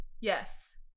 Yes